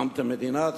הקמתם מדינה,